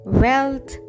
wealth